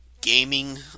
gaming